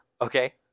Okay